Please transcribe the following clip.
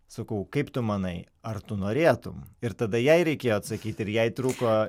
sakau kaip tu manai ar tu norėtum ir tada jai reikėjo atsakyt ir jai truko